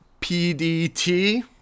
PDT